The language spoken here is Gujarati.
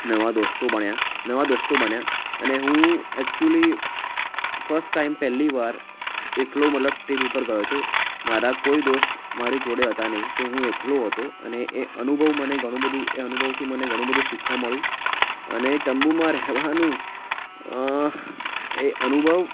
નવા દોસ્તો બન્યા નવા દોસ્તો બન્યા અને હું એકચુલી ફસ્ટ ટાઈમ પહેલી વાર એકલો મતલબ ટ્રીપ ઉપર ગયો હતો મારા કોઈ દોસ્ત મારી જોડે હતા નહીં સો હું એકલો હતો અને એ અનુભવ મને ઘણું બધુ એ અનુભવથી મને ઘણું બધુ શીખવા મળ્યું અને તંબુમાં રહેવાનું એ અનુભવ